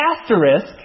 asterisk